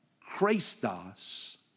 Christos